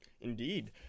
Indeed